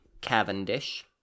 Cavendish